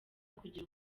kugira